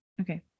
Okay